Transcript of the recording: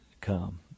come